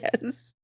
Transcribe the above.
yes